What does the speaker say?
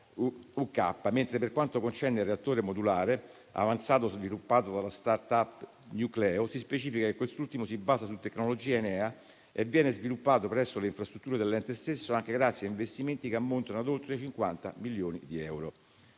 AMR-UK. Per quanto concerne invece il reattore modulare avanzato e sviluppato dalla *start-up* Newcleo, si specifica che quest'ultimo si basa su tecnologia Enea e viene sviluppato presso le infrastrutture dell'ente stesso, anche grazie a investimenti che ammontano a oltre 50 milioni di euro.